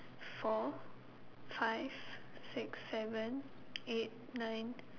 four five six seven eight nine